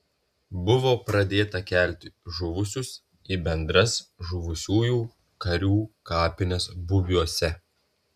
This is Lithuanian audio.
buvo pradėta kelti žuvusius į bendras žuvusiųjų karių kapines bubiuose